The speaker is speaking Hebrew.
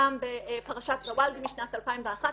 פעם בפרשת סוואדי משנת 2011,